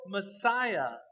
Messiah